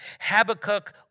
Habakkuk